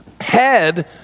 head